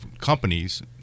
companies